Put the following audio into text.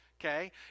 Okay